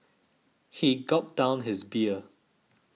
he gulped down his beer